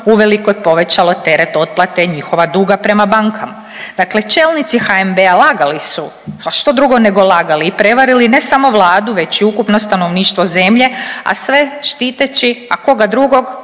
uveliko povećalo teret otplate njihova duga prema bankama. Dakle čelnici HNB-a lagali su, a što drugo nego lagali, i prevarili, ne samo Vladu već i ukupno stanovništvo zemlje, a sve štiteći, a koga drugog,